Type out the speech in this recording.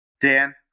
Dan